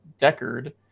Deckard